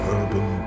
Urban